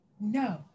No